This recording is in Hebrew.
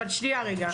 אבל שנייה רגע.